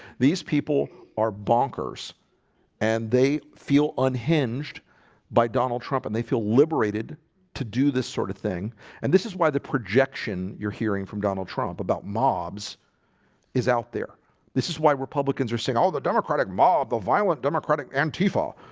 these people are bonkers and they feel unhinged by donald trump and they feel liberated to do this sort of thing and this is why the projection you're hearing from donald trump about mobs is out there this is why republicans are saying all the democratic ma the violent democratic and tifa